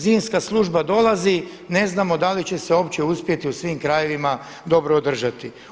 Zimska služba dolazi, ne znamo da li će se uopće uspjeti u svim krajevima dobro održati.